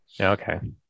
Okay